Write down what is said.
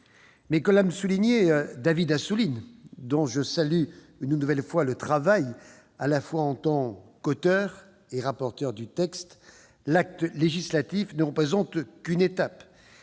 Mais comme l'a souligné David Assouline, dont je salue une nouvelle fois le travail en tant qu'auteur et rapporteur du texte, l'acte législatif ne représente qu'une étape.